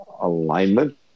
alignment